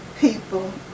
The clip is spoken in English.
people